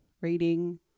reading